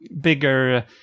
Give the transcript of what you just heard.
bigger